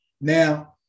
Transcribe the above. now